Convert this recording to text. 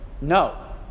no